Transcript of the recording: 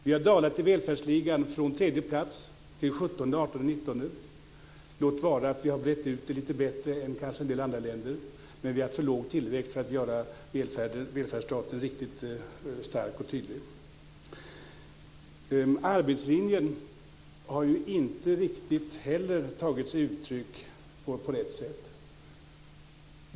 Vi har dalat i välfärdsligan från tredje plats till 17-19:e plats, låt vara att vi brett ut det lite bättre än kanske en del andra länder, men vi har en för låg tillväxt för att göra välfärdsstaten riktigt stark och tydlig. Arbetslinjen har inte heller riktigt tagit sig uttryck på rätt sätt.